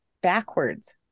backwards